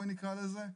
בואי נקרא לזה,